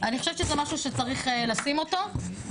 אני חושבת שזה משהו שצריך לשים אותו כי